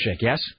yes